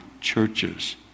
churches